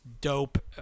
dope